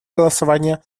голосования